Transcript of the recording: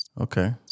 Okay